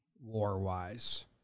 war-wise